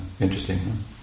Interesting